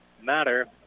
matter